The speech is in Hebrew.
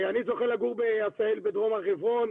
אני זוכה לגור בעשהאל בדרום הר חברון,